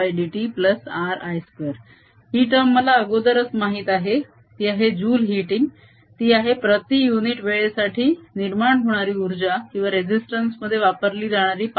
ϵItLIdIdtRI2 ही टर्म मला अगोदरच माहित आहे ती आहे जुल हिटिंग ती आहे प्रती युनिट वेळेसाठी निर्माण होणारी उर्जा किंवा रेसिस्तंस मध्ये वापरली जाणारी पावर